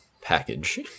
package